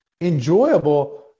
enjoyable